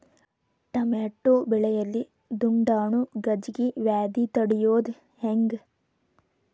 Tomato ಬೆಳೆಯಲ್ಲಿ ದುಂಡಾಣು ಗಜ್ಗಿ ವ್ಯಾಧಿ ತಡಿಯೊದ ಹೆಂಗ್?